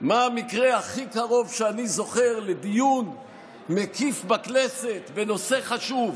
מה המקרה הכי קרוב שאני זוכר לדיון מקיף בכנסת בנושא חשוב,